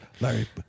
Larry